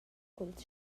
culs